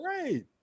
Great